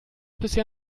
bisschen